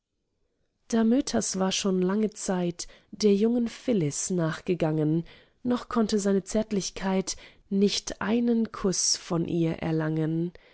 phyllis damötas war schon lange zeit der jungen phyllis nachgegangen noch konnte seine zärtlichkeit nicht einen kuß von ihr erlangen